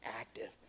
active